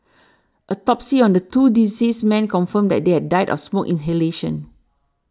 autopsies on the two deceased men confirmed that they had died of smoke inhalation